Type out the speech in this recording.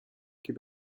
quai